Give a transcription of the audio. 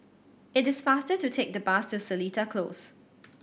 it is faster to take the bus to Seletar Close